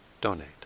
donate